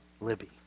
Libby